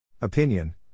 Opinion